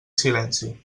silenci